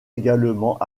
également